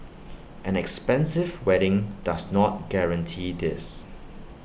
an expensive wedding does not guarantee this